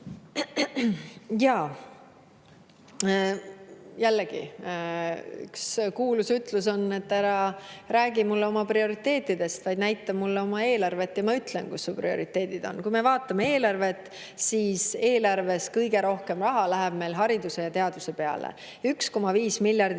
Jaa! Jällegi, üks kuulus ütlus on, et ära räägi mulle oma prioriteetidest, vaid näita mulle oma eelarvet ja ma ütlen, kus su prioriteedid on. Kui me vaatame eelarvet, siis eelarvest kõige rohkem raha läheb meil hariduse ja teaduse peale: 1,5 miljardit